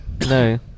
No